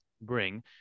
bring